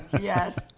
Yes